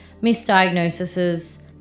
misdiagnoses